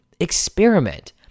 Experiment